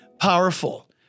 powerful